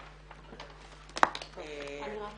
הישיבה ננעלה